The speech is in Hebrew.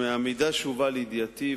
מהמידע שהובא לידיעתי,